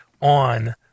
on